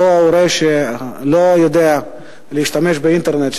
אותו הורה שלא יודע להשתמש באינטרנט,